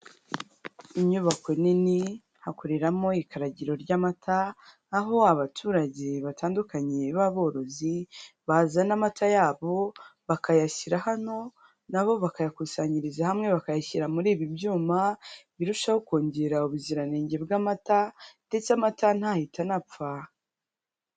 Inyubako nini hakoreramo ikaragiro ry'amata, aho abaturage batandukanye b'aborozi, bazana amata yabo bakayashyira hano, na bo bakayakusanyiriza hamwe bakayashyira muri ibi byuma, birushaho kongera ubuziranenge bw'amata ndetse amata ntahita anapfa.